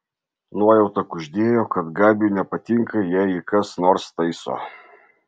nuojauta kuždėjo kad gabiui nepatinka jei jį kas nors taiso